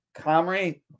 Comrie